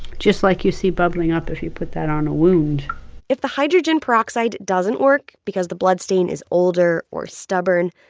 just like you see bubbling up if you put that on a wound if the hydrogen peroxide doesn't work because the bloodstain is older or stubborn,